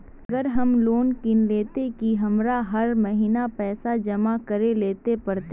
अगर हम लोन किनले ते की हमरा हर महीना पैसा जमा करे ले पड़ते?